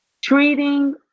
treating